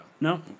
No